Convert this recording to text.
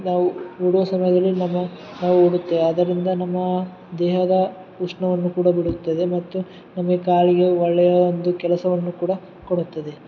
ನಾವು ಓಡುವ ಸಮಯದಲ್ಲಿ ನಮ್ಮ ನಾವು ಓಡುತ್ತೆ ಅದರಿಂದ ನಮ್ಮ ದೇಹದ ಉಷ್ಣವನ್ನು ಕೂಡ ಬಿಡುತ್ತದೆ ಮತ್ತು ನಮಗೆ ಕಾಲಿಗೆ ಒಳ್ಳೆಯ ಒಂದು ಕೆಲಸವನ್ನು ಕೂಡ ಕೊಡುತ್ತದೆ